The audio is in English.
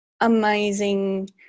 amazing